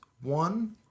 one